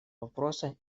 вопроса